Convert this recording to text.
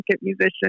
musician